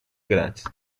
grátis